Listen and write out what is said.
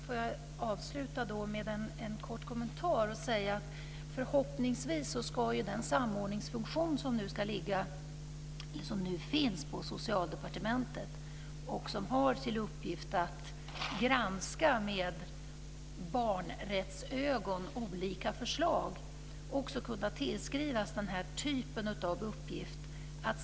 Fru talman! Låt mig avsluta med den korta kommentaren att den samordningsfunktion som nu finns på Socialdepartementet och som har till uppgift att "med barnrättsögon" granska olika förslag bör kunna anförtros den här typen av uppgifter.